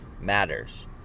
Matters